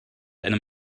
einem